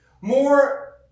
more